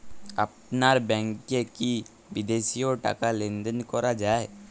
আপনার ব্যাংকে কী বিদেশিও টাকা লেনদেন করা যায়?